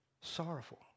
Sorrowful